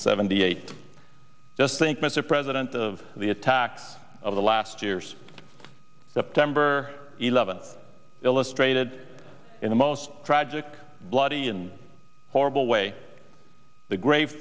seventy eight just think mr president of the attacks of the last years that temper eleven illustrated in the most tragic bloody and horrible way the grave